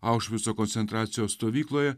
aušvico koncentracijos stovykloje